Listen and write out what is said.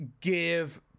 Give